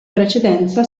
precedenza